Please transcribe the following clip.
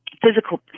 physical